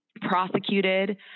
prosecuted